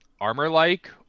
armor-like